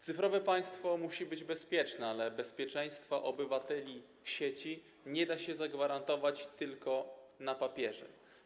Cyfrowe państwo musi być bezpieczne, ale bezpieczeństwa obywateli w sieci nie da się zagwarantować tylko na papierze.